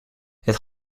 het